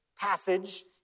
passage